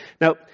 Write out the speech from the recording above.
Now